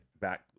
back